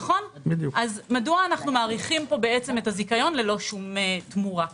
אז מדוע אנחנו מאריכים פה את הזיכיון ללא שום תמורה?